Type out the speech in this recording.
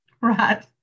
Right